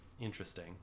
interesting